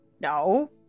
no